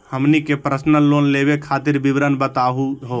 हमनी के personal loan लेवे खातीर विवरण बताही हो?